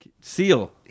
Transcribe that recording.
Seal